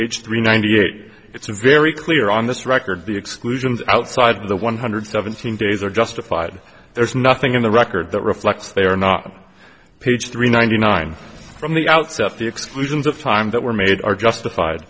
page three ninety eight it's very clear on this record the exclusions outside the one hundred seventeen days are justified there's nothing in the record that reflects they are not page three ninety nine from the outset the exclusions of time that were made are justified